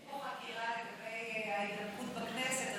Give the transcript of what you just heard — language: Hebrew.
יש פה חקירה לגבי ההידבקות בכנסת,